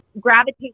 Gravitate